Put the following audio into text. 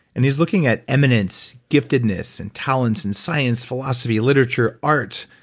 and he's looking at imminence, giftedness and talent in science, philosophy, literature, art,